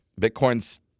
Bitcoin's